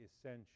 essential